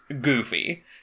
Goofy